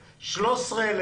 היא תשמח אם זה יהיה כך.